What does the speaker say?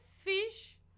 fish